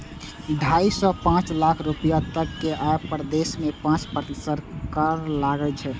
ढाइ सं पांच लाख रुपैया तक के आय पर देश मे पांच प्रतिशत कर लागै छै